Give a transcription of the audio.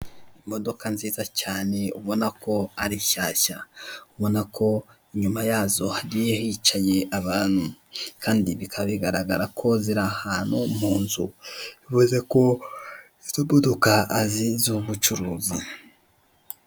Imodoka nziza cyane ubona ko ari shyashya, ubona ko nyuma yazo hagiye hicaye abantu, kandi bikaba bigaragara ko ziri ahantu mu nzu, bivuze ko izo modoka azi z'ubucuruzi.